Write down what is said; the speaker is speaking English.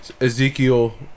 Ezekiel